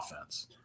offense